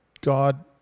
God